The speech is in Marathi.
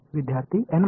विद्यार्थीः N 1